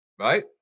Right